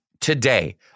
today